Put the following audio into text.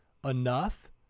enough